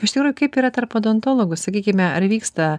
iš tikrųjų kaip yra tarp odontologų sakykime ar vyksta